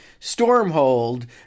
Stormhold